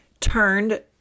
turned